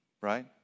Right